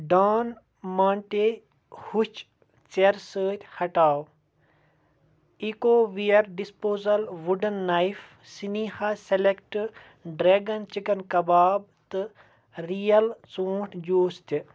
ڈان مانٹے ہوٚچھِ ژیرٕ سۭتۍ ہٹاو Ecoware disposable wooden knife Sneha select dragon chicken کباب تہٕ رِیل ژوٗنٛٹھۍ جوٗس تہِ